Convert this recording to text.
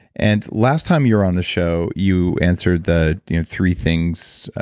and last time you were on the show, you answered the three things,